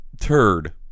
turd